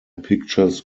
pictures